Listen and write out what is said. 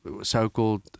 so-called